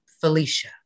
Felicia